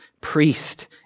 priest